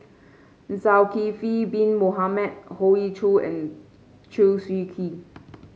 Zulkifli Bin Mohamed Hoey Choo and Chew Swee Kee